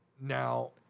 Now